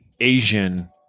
Asian